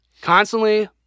constantly